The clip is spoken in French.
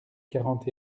quarante